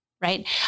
Right